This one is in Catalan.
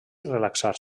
relaxar